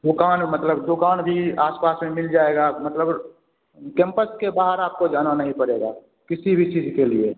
दुकान मतलब दुकान भी आस पास में मिल जाएगा मतलब कैम्पस के बाहर आपको जाना नहीं पड़ेगा किसी भी चीज के लिए